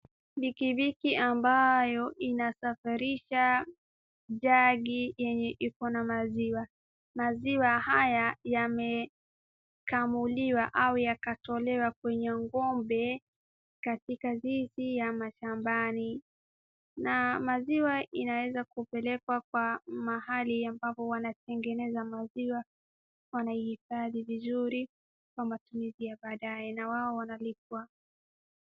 Pikipiki ambayo inasafirisha jagi yenye iko na maziwa, maziwa haya yamekamuliwa au yakatolewa kwenye ng'ombe katika zizi katika shambani na maziwa inaweza kupelekwa kwa mahali ambapo wanatengeneza maziwa, wanaihifadhi vizuri kwa matumizi ya baadaye na wao wanalipwa.